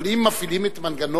אבל אם מפעילים את המנגנון,